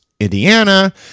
Indiana